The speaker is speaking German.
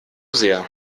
sehr